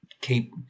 keep